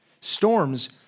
Storms